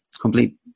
complete